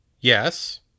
yes